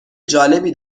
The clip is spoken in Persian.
جالبی